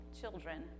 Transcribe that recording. children